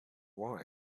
why